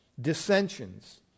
dissensions